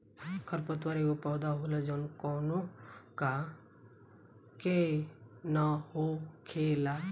खर पतवार एगो पौधा होला जवन कौनो का के न हो खेला